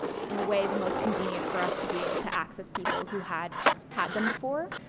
in a way, the most convenient for us to be able to access people who had had them before,